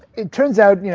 it turns out you know,